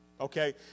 Okay